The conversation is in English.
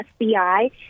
FBI